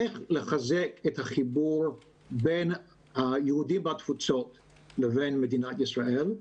איך לחזק את החיבור בין היהודים בתפוצות לבין מדינת ישראל,